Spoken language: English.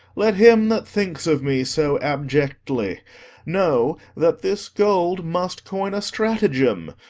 let him that thinks of me so abjectly know that this gold must coin a stratagem,